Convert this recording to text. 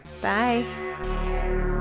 Bye